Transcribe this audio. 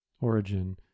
origin